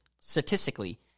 statistically